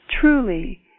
truly